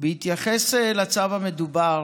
בהתייחס לצו המדובר,